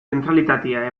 zentralitatea